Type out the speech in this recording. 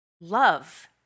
love